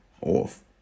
off